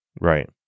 right